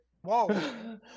whoa